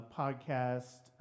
podcast